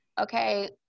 okay